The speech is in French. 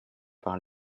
par